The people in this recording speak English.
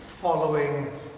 Following